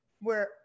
where-